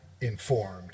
informed